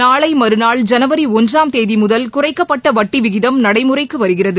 நாளை மறுநாள் ஜனவரி ஒன்றாம் தேதி முதல் குறைக்கப்பட்ட வட்டி விகிதம் நடைமுறைக்கு வருகிறது